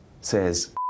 says